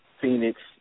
Phoenix